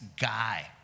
guy